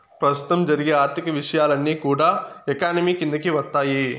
ప్రస్తుతం జరిగే ఆర్థిక విషయాలన్నీ కూడా ఎకానమీ కిందికి వత్తాయి